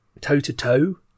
toe-to-toe